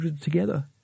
together